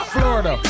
Florida